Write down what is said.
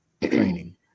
training